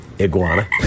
Iguana